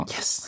Yes